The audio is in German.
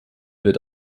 wird